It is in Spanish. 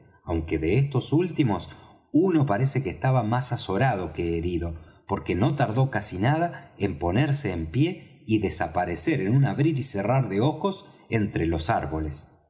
aunque de estos últimos uno parece que estaba más azorado que herido porque no tardó casi nada en ponerse en pie y desaparecer en un abrir y cerrar de ojos entre los árboles